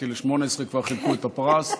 כי ל-2018 כבר חילקו את הפרס,